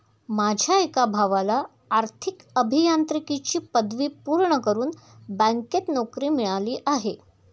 माझ्या एका भावाला आर्थिक अभियांत्रिकीची पदवी पूर्ण करून बँकेत नोकरी मिळाली आहे